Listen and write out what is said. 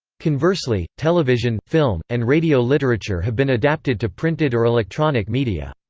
conversely, television, film, and radio literature have been adapted to printed or electronic media.